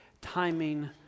timing